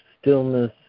stillness